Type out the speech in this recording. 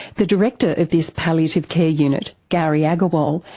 the director of this palliative care unit, ghauri aggarwal,